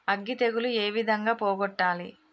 అగ్గి తెగులు ఏ విధంగా పోగొట్టాలి?